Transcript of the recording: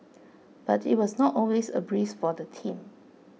but it was not always a breeze for the team